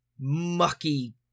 mucky